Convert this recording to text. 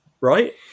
right